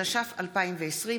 התש"ף 2020,